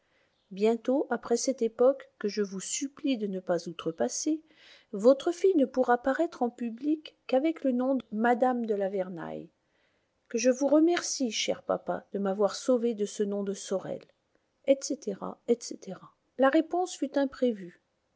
bientôt après cette époque que je vous supplie de ne pas outrepasser votre fille ne pourra paraître en public qu'avec le nom de mme de la vernaye que je vous remercie cher papa de m'avoir sauvée de ce nom de sorel etc etc le réponse fut imprévue